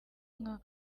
nka